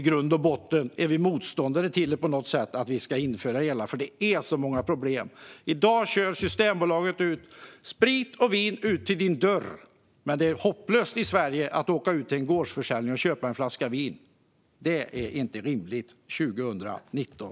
I grund och botten är man på något sätt motståndare till att detta ska införas, eftersom det är så många problem. I dag kör Systembolaget ut sprit och vin till din dörr. Men det är hopplöst för människor i Sverige att åka ut till en gårdsförsäljning och köpa en flaska vin. Det är inte rimligt 2019.